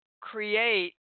create